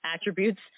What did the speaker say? attributes